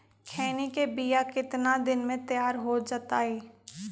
खैनी के बिया कितना दिन मे तैयार हो जताइए?